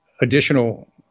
additional